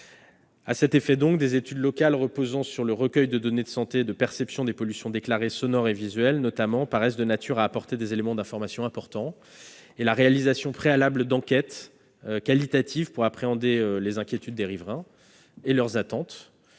À cet effet, des études locales reposant sur le recueil de données de santé et de perception des pollutions déclarées, sonores et visuelles, notamment, paraissent de nature à apporter des éléments d'information importants, et la réalisation préalable d'enquêtes qualitatives pour appréhender les inquiétudes des riverains et leurs attentes